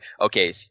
okay